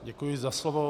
Děkuji za slovo.